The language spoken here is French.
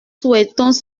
souhaitons